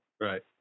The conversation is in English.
Right